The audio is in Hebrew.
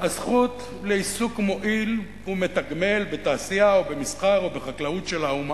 הזכות לעיסוק מועיל ומתגמל בתעשייה או במסחר או בחקלאות של האומה,